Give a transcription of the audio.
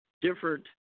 different